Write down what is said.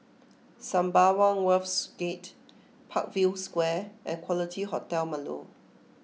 Sembawang Wharves Gate Parkview Square and Quality Hotel Marlow